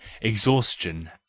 exhaustion